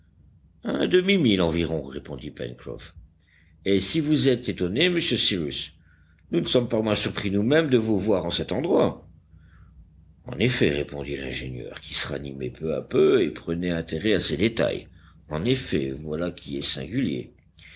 un demi-mille environ répondit pencroff et si vous êtes étonné monsieur cyrus nous ne sommes pas moins surpris nousmêmes de vous voir en cet endroit en effet répondit l'ingénieur qui se ranimait peu à peu et prenait intérêt à ces détails en effet voilà qui est singulier